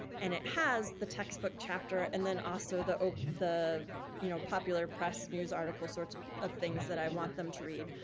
and it has the textbook chapter. and then also, the the you know popular press, news articles, sorts of of things that i want them to read.